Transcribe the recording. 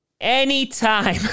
Anytime